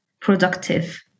productive